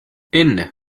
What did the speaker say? enne